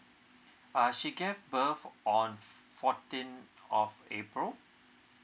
uh she gave birth on fourteenth of april